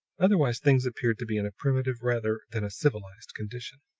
otherwise, things appeared to be in a primitive, rather than a civilized condition.